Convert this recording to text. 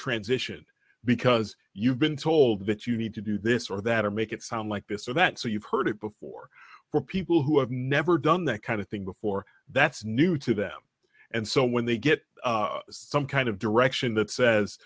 transition because you've been told that you need to do this or that or make it sound like this or that so you've heard it before where people who have never done that kind of thing before that's new to them and so when they get some kind of direction that says